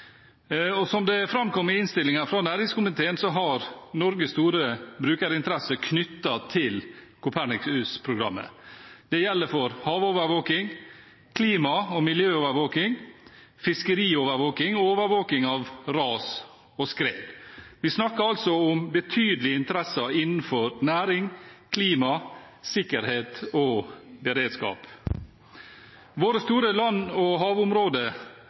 avtale. Som det framkommer i innstillingen fra næringskomiteen, har Norge store brukerinteresser knyttet til Copernicus-programmet. Det gjelder for havovervåking, klima- og miljøovervåking, fiskeriovervåking og overvåking av ras og skred. Vi snakker altså om betydelige interesser innenfor næring, klima, sikkerhet og beredskap. Våre store land- og havområder,